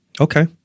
Okay